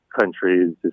countries